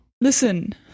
Listen